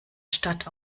stadt